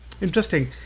Interesting